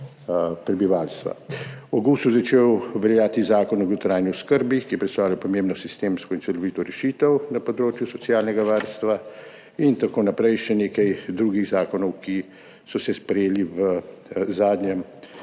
prebivalstva. V avgustu je začel veljati Zakon o dolgotrajni oskrbi, ki predstavlja pomembno sistemsko in celovito rešitev na področju socialnega varstva in tako naprej, še nekaj drugih zakonov, ki so se sprejeli v zadnjem